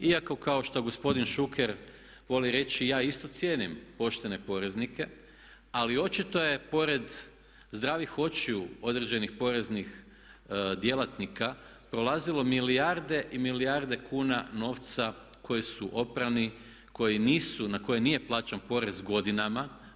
Iako kao što gospodin Šuker voli reći ja isto cijenim poštene poreznike, ali očito je pored zdravih očiju određenih poreznih djelatnika prolazilo milijarde i milijarde kuna novca koji su oprani, koji nisu, na koje nije plaćan porez godinama.